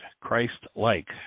Christ-like